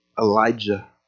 Elijah